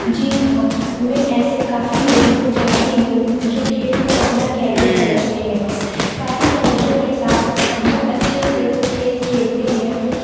جی ہاں میں ایسے کافی لوگوں کو جانتی ہوں جو کھیل کو اپنا کیرئر سمجھتے ہیں کافی توجہ کے ساتھ بہت اچھے سے وہ کھیل کھیلتے ہیں